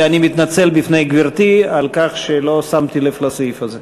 ואני מתנצל בפני גברתי על כך שלא שמתי לב לסעיף הזה.